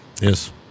Yes